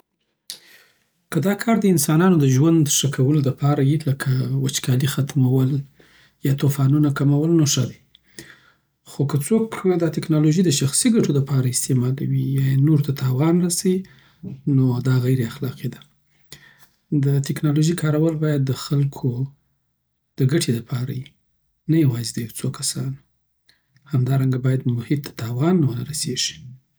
که دا کار د انسانانو د ژوند ښه کولو لپاره وي، لکه وچکالي ختمول یا طوفانونه کمول، نو ښه دی. خو که څوک دا ټیکنالوژي د شخصي ګټو لپاره استعمالوي یا نورو ته تاوان رسوي، نو دا غیراخلاقي ده. د ټیکنالوژۍ کارول باید د ټولو خلکو دګټی دپاره یی، نه یوازې د یو څو کسانو. همدارنګه، باید محیط ته تاوان ونه رسېږي.